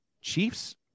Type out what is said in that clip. Chiefs